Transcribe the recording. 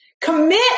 Commit